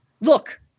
look